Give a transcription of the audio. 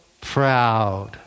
proud